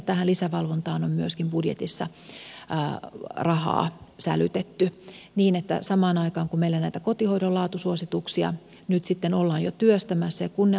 tähän lisävalvontaan on myöskin budjetissa rahaa sälytetty niin että samaan aikaan kun meillä näitä kotihoidon laatusuosituksia nyt ollaan jo työstämässä ja kun ne astuvat voimaan